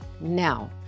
Now